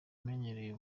umenyereye